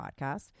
podcast